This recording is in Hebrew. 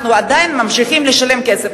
אנחנו עדיין ממשיכים לשלם כסף.